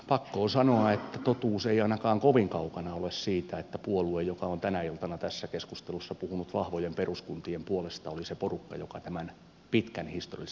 pakko on sanoa että totuus ei ainakaan kovin kaukana ole siitä että puolue joka on tänä iltana tässä keskustelussa puhunut vahvojen peruskuntien puolesta oli se porukka joka tämän pitkän historiallisen perinteen romutti